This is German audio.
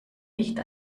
nicht